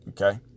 Okay